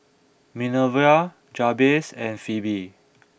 Minervia Jabez and Pheobe